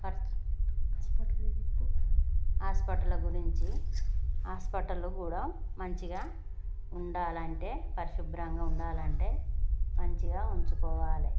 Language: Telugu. హాస్పిటల్ల గురించి హాస్పిటలు కుడా మంచిగా ఉండాలంటే పరిశుభ్రంగుండాలంటే మంచిగా ఉంచుకోవాలయి